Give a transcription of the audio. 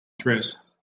dress